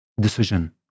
decision